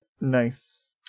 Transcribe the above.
Nice